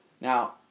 Now